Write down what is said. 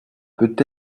peut